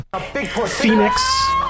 Phoenix